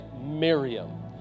Miriam